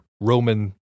Roman